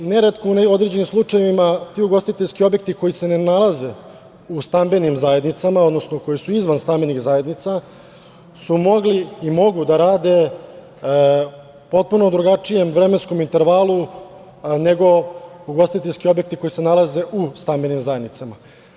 Neretko, u određenim slučajevima ti ugostiteljski objekti koji se ne nalaze u stambenim zajednicama, odnosno, koji su izvan stambenih zajednica su mogli i mogu da rade potpuno drugačijem vremenskom intervalu nego ugostiteljski objekti koji se nalaze u stambenim zajednicama.